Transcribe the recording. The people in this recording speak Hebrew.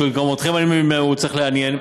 מה שגם אתכם היה צריך לעניין,